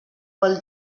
vol